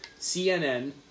CNN